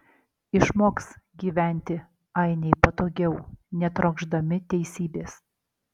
išmoks gyventi ainiai patogiau netrokšdami teisybės